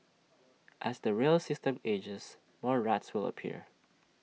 as the rail system ages more rats will appear